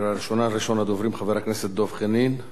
ראשון הדוברים, חבר הכנסת דב חנין,